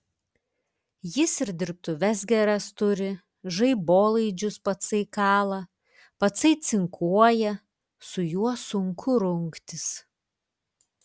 jis ir dirbtuves geras turi žaibolaidžius patsai kala patsai cinkuoja su juo sunku rungtis